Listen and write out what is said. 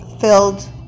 filled